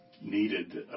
needed